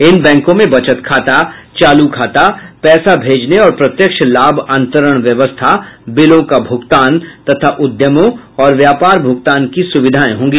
इन बैंको में बचत खाता चालू खाता पैसा भेजने और प्रत्यक्ष लाभ अंतरण व्यवस्था बिलों का भूगतान तथा उद्यमों और व्यापार भूगतान की सुविधाएं होंगी